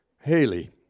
Haley